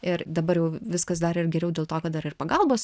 ir dabar jau viskas dar ir geriau dėl to kad dar ir pagalbos